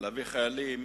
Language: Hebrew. להביא חיילים